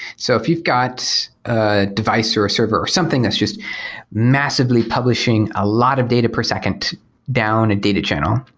so if you've got a device or a server or something that's just massively publishing a lot of data per second down a data channel,